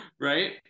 right